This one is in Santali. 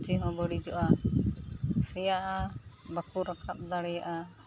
ᱥᱚᱵᱽᱡᱤᱦᱚᱸ ᱵᱟᱹᱲᱤᱡᱚᱜᱼᱟ ᱥᱮᱭᱟᱜᱼᱟ ᱵᱟᱠᱚ ᱨᱟᱠᱟᱵ ᱫᱟᱲᱮᱭᱟᱜᱼᱟ